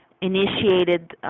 initiated